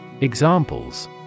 Examples